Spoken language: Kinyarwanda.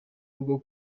rwo